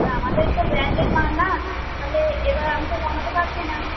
এবার আমাদের তো ব্র্যান্ডেড মাল না তাহলে এবার আমি তো কমাতে পারছি না